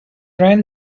ran